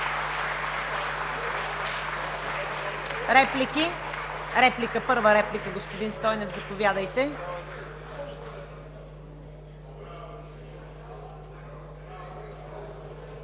Марков. Реплики? Първа реплика – господин Стойнев, заповядайте.